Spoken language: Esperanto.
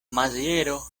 maziero